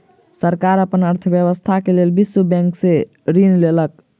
सरकार अपन अर्थव्यवस्था के लेल विश्व बैंक से ऋण लेलक